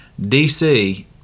dc